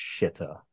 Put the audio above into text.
shitter